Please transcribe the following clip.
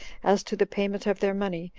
as to the payment of their money,